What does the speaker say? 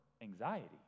anxiety